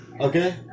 Okay